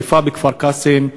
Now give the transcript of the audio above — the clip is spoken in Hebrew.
שרפה בכפר-קאסם,